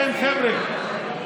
אתה לא מכיר את התקציב, חבר'ה, תירגעו,